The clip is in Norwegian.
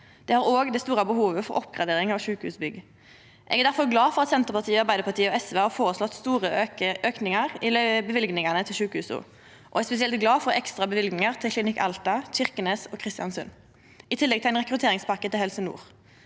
Det har òg det store behovet for oppgradering av sjukehusbygg. Eg er difor glad for at Senterpartiet, Arbeidarpartiet og SV har føreslått store aukingar i løyvingane til sjukehusa, og eg er spesielt glad for ekstra løyvingar til Klinikk Alta, til Kirkenes og Kristiansund, i tillegg til ei rekrutteringspakke til Helse nord.